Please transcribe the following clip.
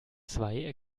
zwei